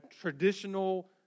traditional